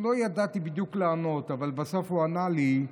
אני לא ידעתי בדיוק לענות, אבל בסוף הוא ענה לי: